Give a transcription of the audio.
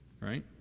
right